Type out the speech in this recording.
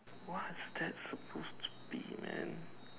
what is that supposed to be man